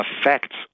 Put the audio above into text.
affects